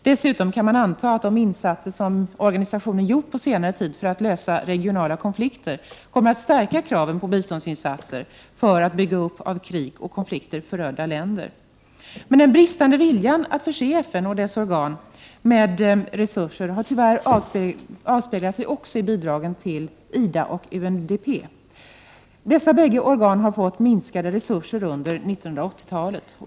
Dessutom kan man anta att de insatser som organisationen har gjort på senare tid för att lösa regionala konflikter kommer att stärka kraven på biståndsinsatser för att man skall kunna bygga upp av krig och konflikter förödda länder. Den bristande viljan att förse FN och dess organ med resurser har tyvärr avspeglat sig också i bidragen till IDA och UNDP. Dessa bägge organ har fått minskade resurser under 1980-talet.